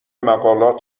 مقالات